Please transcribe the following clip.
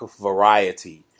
variety